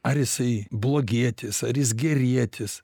ar jisai blogietis ar jis gerietis